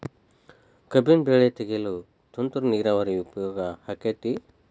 ಕಬ್ಬಿನ ಬೆಳೆ ತೆಗೆಯಲು ತುಂತುರು ನೇರಾವರಿ ಉಪಯೋಗ ಆಕ್ಕೆತ್ತಿ?